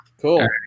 Cool